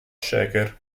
shaker